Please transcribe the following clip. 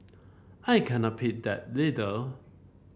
I cannot pick that leader